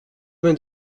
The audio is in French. vingt